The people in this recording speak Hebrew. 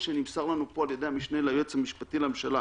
שנמסר לנו פה על ידי המשנה ליועץ המשפטי לממשלה,